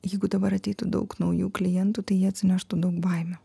jeigu dabar ateitų daug naujų klientų tai jie atsineštų daug baimių